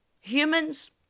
humans